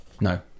No